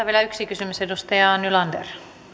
vielä yksi kysymys edustaja nylander